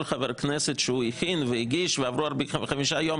חבר כנסת שהוא הכין והגיש ועברו 45 יום,